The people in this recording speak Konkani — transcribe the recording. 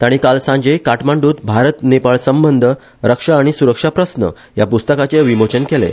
ताणी काल सांजे काठमांड्रत भारत नेपाळ संबंद रक्षा आनी सुरक्षा प्रस्न ह्या पुस्तकाचे विमोचन केले